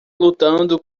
lutando